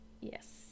Yes